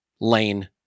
lane